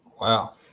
Wow